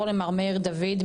אנחנו נעבור למר מאיר דוד,